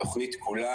התכנית כולה,